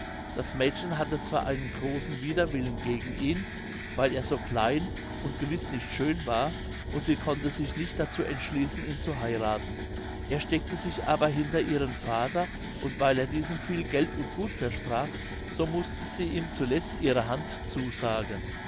das mädchen hatte zwar einen großen widerwillen gegen ihn weil er so klein und gewiß nicht schön war und sie konnte sich nicht dazu entschließen ihn zu heirathen er steckte sich aber hinter ihren vater und weil er diesem viel geld und gut versprach so mußte sie ihm zuletzt ihre hand zusagen